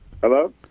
Hello